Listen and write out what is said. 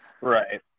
Right